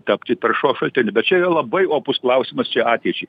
tapti taršos šaltiniu bet čia yra labai opus klausimas čia ateičiai